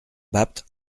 bapt